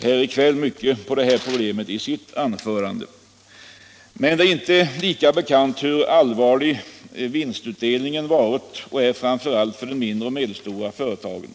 här i kväll mycket på detta problem i sitt anförande. Men det är inte lika bekant hur allvarlig vinstutvecklingen varit och är för framför allt de mindre och medelstora företagen.